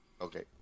okay